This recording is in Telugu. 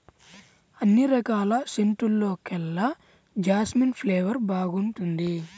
అన్ని రకాల సెంటుల్లోకెల్లా జాస్మిన్ ఫ్లేవర్ బాగుంటుంది